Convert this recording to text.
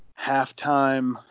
halftime